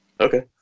Okay